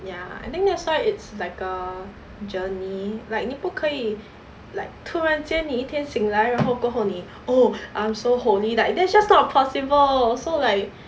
ya I think that's why it's like a journey like 你不可以 like 突然间你一天醒来然后过后你 oh I'm so holy like that's just not possible so like